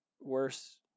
worse